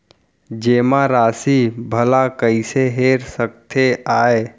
जेमा राशि भला कइसे हेर सकते आय?